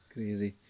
Crazy